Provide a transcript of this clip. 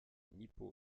nippo